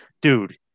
dude